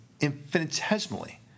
infinitesimally